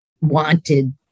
wanted